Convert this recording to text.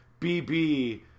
BB